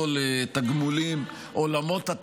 צריך ללכת לוועדת חוקה.